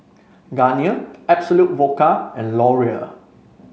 Garnier Absolut Vodka and Laurier